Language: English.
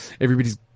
everybody's